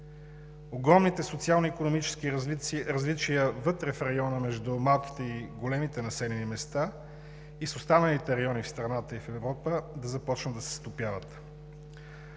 огромните социално-икономически различия вътре в района между малките и големите населени места с останалите райони в страната и в Европа да започнат да се стопяват.